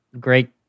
great